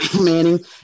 Manning